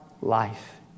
life